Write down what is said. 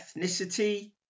ethnicity